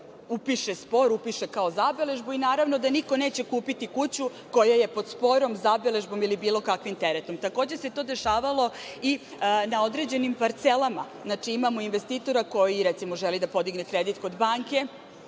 upiše spor, upiše kao zabeležbu i naravno da niko neće kupiti kuću koja pod sporom, zabeležbom ili bilo kakvim teretom. Takođe se to dešavalo i na određenim parcelama. Znači, imamo investitora koji recimo želi da podigne kredit kod banke